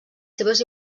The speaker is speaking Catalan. seves